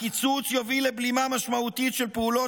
הקיצוץ "יוביל לבלימה משמעותית של פעולות